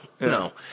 no